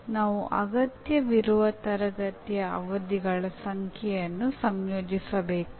ಮತ್ತು ಇದನ್ನು ಸಾಮಾನ್ಯವಾಗಿ ಕೆಲವು ಗೊತ್ತುಪಡಿಸಿದ ಸಂಸ್ಥೆಗಳ ಮೂಲಕ ಮಾಡಲಾಗುತ್ತದೆ